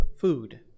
food